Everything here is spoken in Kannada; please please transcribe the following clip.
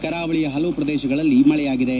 ಕರಾವಳಿಯ ಪಲವು ಪ್ರದೇಶಗಳಲ್ಲಿ ಮಳೆಯಾಗಿದೆ